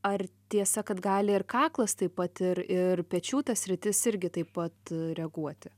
ar tiesa kad gali ir kaklas taip pat ir ir pečių ta sritis irgi taip pat reaguoti